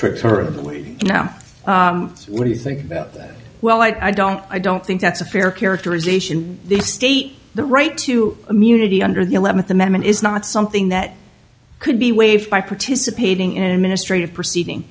now what do you think about that well i don't i don't think that's a fair characterization the state the right to immunity under the eleventh amendment is not something that could be waived by participating in administrative proceeding